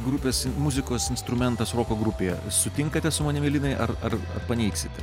grupės muzikos instrumentas roko grupėje sutinkate su manimi linai ar ar paneigsite